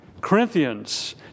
Corinthians